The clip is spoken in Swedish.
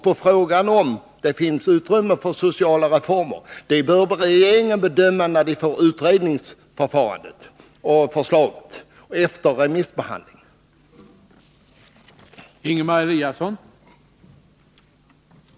På frågan om det finns utrymme för sociala reformer vill jag således svara att det är en sak som regeringen bör bedöma när utredningen har presenterat sitt förslag och remissbehandlingen är klar.